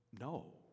no